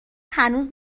هنوز